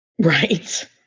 Right